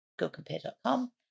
GoCompare.com